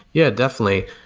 yeah, definitely.